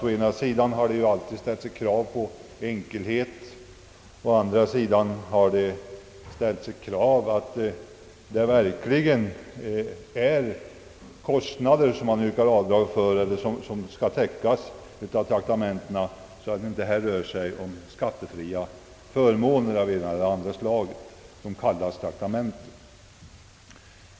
Å ena sidan har det alltid ställts krav på enkelhet och å den andra krav på att det verkligen är kostnader som man yrkar avdrag för och som skall täckas av traktamentena, så att det inte rör sig om skattefria förmåner av ena eller andra slaget som kallas traktamenten.